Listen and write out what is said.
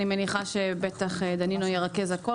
אני מניחה שחבר הכנסת דנינו ירכז הכול.